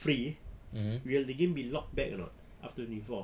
free will the game be locked back or not after twenty four